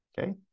Okay